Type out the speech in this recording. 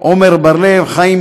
בטעות כתוב "אני".